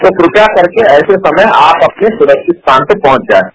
तो कृपया करके ऐसे समय आप अपने सुरक्षित स्थान पर पहुंच जाये